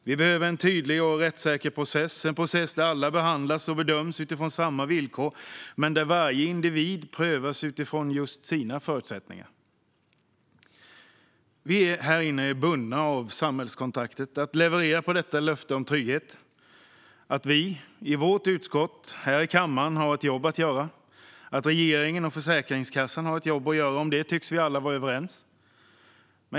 Vi behöver en tydlig och rättssäker process, en process där alla behandlas och bedöms utifrån samma villkor men där varje individ prövas utifrån just sina förutsättningar. Vi här inne är av samhällskontraktet bundna att leverera på detta löfte om trygghet. Att vi i vårt utskott och här i kammaren har ett jobb att göra och att regeringen och Försäkringskassan har ett jobb att göra tycks vi alla vara överens om.